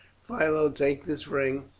philo, take this ring.